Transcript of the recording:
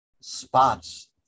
spots